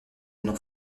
non